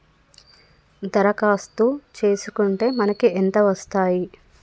దరఖాస్తు చేస్కుంటే మనకి ఎంత వస్తాయి?